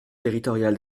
territorial